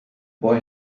boy